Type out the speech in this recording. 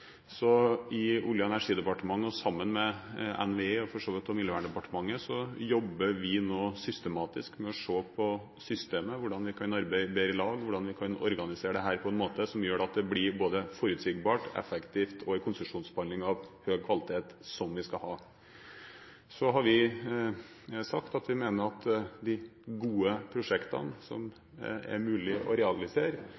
så vidt også Miljøverndepartementet – systematisk med å se på systemet, hvordan vi kan arbeide bedre sammen, hvordan vi kan organisere dette på en måte som gjør at det blir både forutsigbart og effektivt, og som gir en konsesjonsbehandling av høy kvalitet, som vi skal ha. Så har vi sagt at vi mener at de gode prosjektene